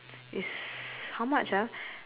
is how much ah